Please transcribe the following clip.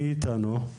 מי איתנו?